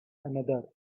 another